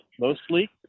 mostly